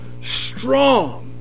strong